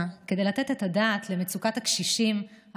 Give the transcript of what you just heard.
כדי לתת את הדעת על מצוקת הקשישים,